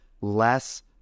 less